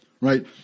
right